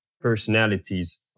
personalities